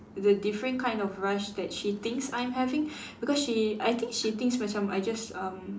the different kind of rush that she thinks I'm having because she I think she thinks macam I just um